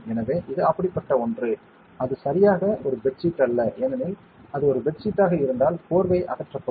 எனவே இது அப்படிப்பட்ட ஒன்று அது சரியாக ஒரு பெட் ஷீட் அல்ல ஏனெனில் அது ஒரு பெட் ஷீட் ஆக இருந்தால் போர்வை அகற்றப்படும்